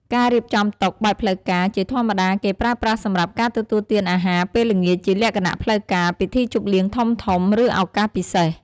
ការរៀបចំតុបែបផ្លូវការ ជាធម្មតាគេប្រើប្រាស់សម្រាប់ការទទួលទានអាហារពេលល្ងាចជាលក្ខណៈផ្លូវការ ពិធីជប់លៀងធំៗ ឬឱកាសពិសេស។